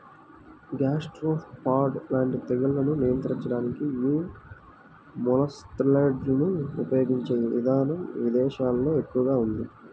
gastropod లాంటి తెగుళ్లను నియంత్రించడానికి యీ మొలస్సైడ్లను ఉపయిగించే ఇదానం ఇదేశాల్లో ఎక్కువగా ఉంది